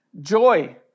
Joy